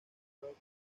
rock